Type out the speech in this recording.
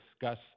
discuss